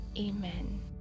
amen